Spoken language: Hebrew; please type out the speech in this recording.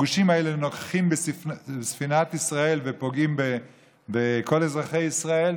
הגושים האלה נוכחים במדינת ישראל ופוגעים בכל אזרחי ישראל.